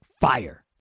FIRE